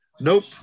Nope